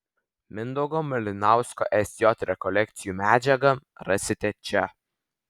mindaugo malinausko sj rekolekcijų medžiagą rasite čia